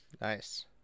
nice